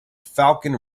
falcon